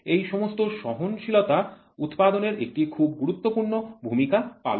এই সমস্ত সহনশীলতা উৎপাদনে একটি খুব গুরুত্বপূর্ণ ভূমিকা পালন করে